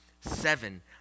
seven